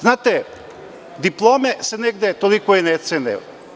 Znate, diplome se negde toliko i ne cene.